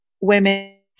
women